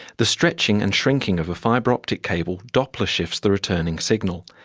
the stretching and shrinking of a fibre optic cable doppler shifts the returning signal,